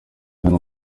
hano